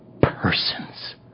persons